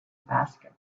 basket